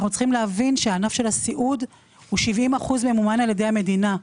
אנחנו צריכים להבין שהענף של הסיעוד ממומן ב-70% על ידי המדינה.